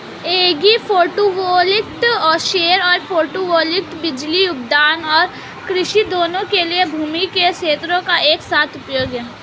agro photovoltaic सौर photovoltaic बिजली उत्पादन और कृषि दोनों के लिए भूमि के क्षेत्रों का एक साथ उपयोग है